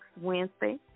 Wednesday